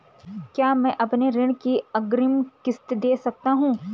क्या मैं अपनी ऋण की अग्रिम किश्त दें सकता हूँ?